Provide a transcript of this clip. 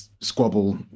squabble